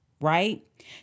right